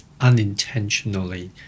unintentionally